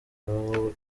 baho